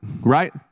right